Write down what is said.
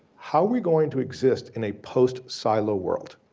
how are we going to exist in a post silo world?